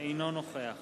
אינו נוכח